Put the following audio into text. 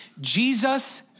Jesus